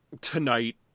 tonight